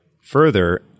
Further